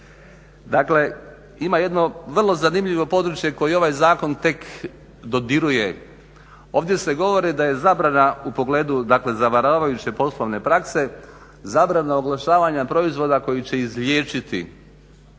Dakle, ima jedno vrlo zanimljivo područje koje ovaj zakon tek dodiruje. Ovdje se govori da je zabrana u pogledu, dakle zavaravajuće poslovne prakse, zabrana oglašavanja proizvoda koji će izliječiti